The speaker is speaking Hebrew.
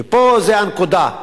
זו הנקודה,